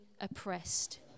oppressed